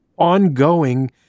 Ongoing